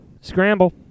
Scramble